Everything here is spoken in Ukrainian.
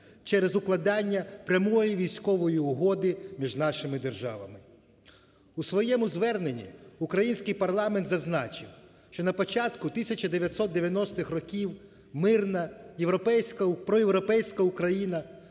через укладання прямої військової угоди між нашими державами. У своєму зверненні український парламент зазначив, що на початку 1990-х років мирна європейська…